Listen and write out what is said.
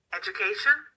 education